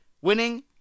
winning